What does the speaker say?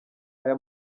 aya